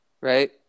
Right